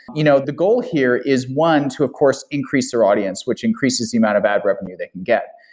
you know the goal here is, one, to of course increase their audience, which increases the amount of ad revenue they can get.